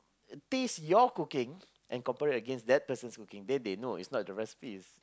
taste your cooking and compared it against that person's cooking then they know is not the recipes